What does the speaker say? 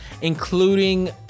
including